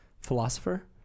philosopher